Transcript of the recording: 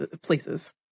places